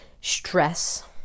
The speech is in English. stress